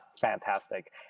fantastic